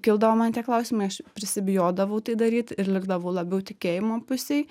kildavo man tie klausimai aš prisibijodavau tai daryt ir likdavau labiau tikėjimo pusėj